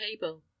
table